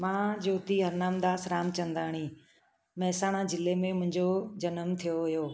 मां ज्योति आनंद दास रामचंदाणी मैसण जिले में मुंहिंजो ॼनमु थियो हुओ